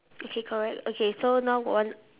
okay correct okay so now got one